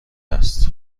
است